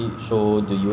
uh adventure